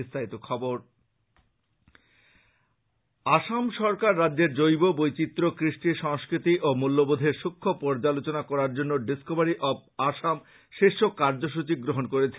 বিস্তারিত খবর আসাম সরকার রাজ্যের জৈব বৈচিত্র কৃষ্টি সংস্কৃতি এবং মূল্যবোধের সুক্ষ পর্যালোচনা করার জন্য ডিস্কোভারি অব আসাম শীর্ষক কার্যসচী গ্রহন করেছে